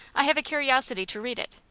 i have a curiosity to read it.